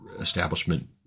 establishment